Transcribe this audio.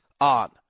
on